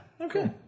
Okay